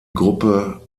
gruppe